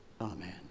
Amen